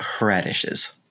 Radishes